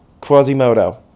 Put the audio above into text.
Quasimodo